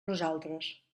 nosaltres